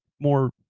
more